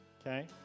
Okay